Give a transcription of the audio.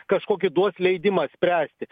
kažkokį duos leidimą spręsti